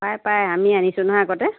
পায় পায় আমি আনিছোঁ নহয় আগতে